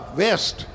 west